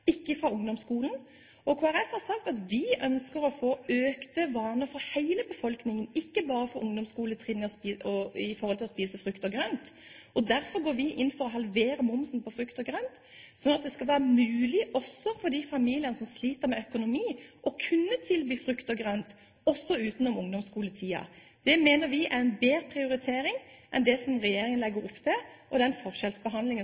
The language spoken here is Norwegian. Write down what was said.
ikke fra ungdomsskolen. Kristelig Folkeparti har sagt at vi ønsker å få økt forbruk av frukt og grønt for hele befolkningen, ikke bare for ungdomsskoletrinnet. Derfor går vi inn for å halvere momsen på frukt og grønt, sånn at det skal være mulig også for de familiene som sliter med økonomien, å kunne tilby frukt og grønt også etter ungdomsskoletiden. Det mener vi er en bedre prioritering enn det som regjeringen